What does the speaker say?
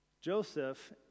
Joseph